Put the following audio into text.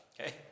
okay